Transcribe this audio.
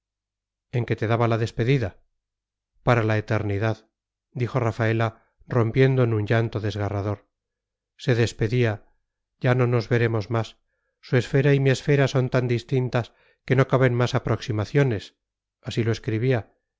en que te daba la despedida para la eternidad dijo rafaela rompiendo en un llanto desgarrador se despedía ya no nos veremos más su esfera y mi esfera son tan distintas que no caben más aproximaciones así lo escribía